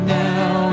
now